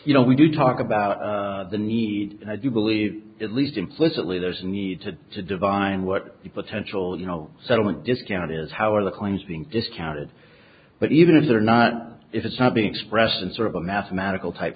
you know we do talk about the need and i do believe at least implicitly there's a need to to divine what the potential you know settlement discount is how are the claims being discounted but even if they're not if it's not being expressed in sort of a mathematical type